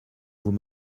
vous